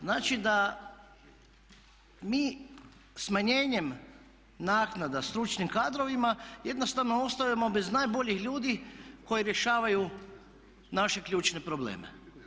Znači da mi smanjenjem naknada stručnim kadrovima jednostavno ostajemo bez najboljih ljudi koji rješavaju naše ključne probleme.